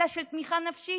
אלא של תמיכה נפשית.